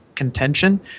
Contention